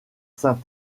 saint